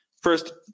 first